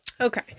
Okay